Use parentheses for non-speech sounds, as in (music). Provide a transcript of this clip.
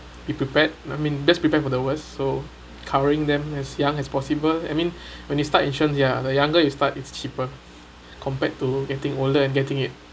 be prepared I mean best prepared for the worst so covering them as young as possible I mean (breath) when you start insurance ya the younger you start it's cheaper compared to getting older and getting it